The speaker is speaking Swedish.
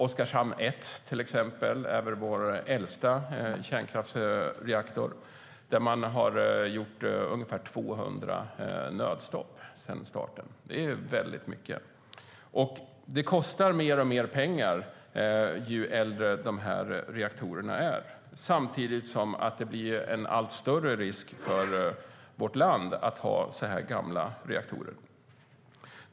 Oskarshamn 1 är väl vår äldsta kärnkraftsreaktor. Där har man gjort ungefär 200 nödstopp sedan starten. Det är mycket. Det kostar mer och mer ju äldre reaktorerna blir samtidigt som risken med så gamla reaktorer blir allt större för vårt land.